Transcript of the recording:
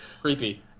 creepy